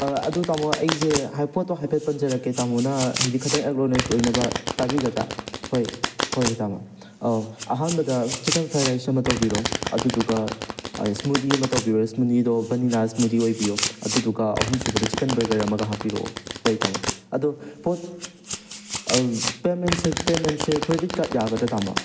ꯑ ꯑꯗꯨ ꯇꯥꯃꯣ ꯑꯩꯁꯦ ꯍꯥꯏ ꯄꯣꯠꯇꯣ ꯍꯥꯏꯐꯦꯠ ꯄꯥꯟꯖꯔꯛꯀꯦ ꯇꯥꯃꯣꯅ ꯍꯥꯏꯗꯤ ꯈꯤꯇꯪ ꯑꯦꯛꯅꯣꯂꯦꯖ ꯑꯣꯏꯅꯕ ꯇꯥꯕꯤꯒꯗ꯭ꯔꯥ ꯍꯣꯏ ꯍꯣꯏ ꯇꯥꯃꯣ ꯑꯧ ꯑꯍꯥꯟꯕꯗ ꯏꯁꯇꯤꯀꯜ ꯐ꯭ꯔꯥꯏꯠ ꯔꯥꯏꯁ ꯑꯃ ꯇꯧꯕꯤꯔꯣ ꯑꯗꯨꯗꯨꯒ ꯏꯁꯃꯨꯗꯤ ꯑꯃ ꯇꯧꯕꯤꯔꯣ ꯏꯁꯃꯨꯗꯤꯗꯣ ꯚꯅꯤꯂꯥ ꯏꯁꯃꯨꯗꯤ ꯑꯣꯏꯕꯤꯌꯣ ꯑꯗꯨꯗꯨꯒ ꯑꯍꯨꯝꯁꯨꯕꯗ ꯆꯤꯛꯀꯟ ꯕꯔꯒꯔ ꯑꯃꯒ ꯍꯥꯞꯄꯤꯔꯛꯑꯣ ꯍꯣꯏ ꯇꯥꯃꯣ ꯑꯗꯣ ꯄꯣꯠ ꯄꯦꯃꯦꯟꯁꯦ ꯄꯦꯃꯦꯟꯁꯦ ꯀ꯭ꯔꯦꯗꯤꯠ ꯀꯥꯔꯠ ꯌꯥꯒꯗ꯭ꯔꯥ ꯇꯥꯃꯣ